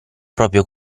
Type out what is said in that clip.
proprio